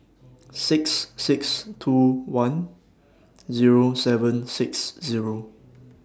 six six two one Zero seven six Zero